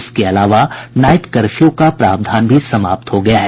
इसके अलावा night curfew का प्रावधान भी समाप्त हो गया है